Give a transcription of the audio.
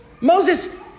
Moses